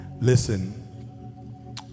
Listen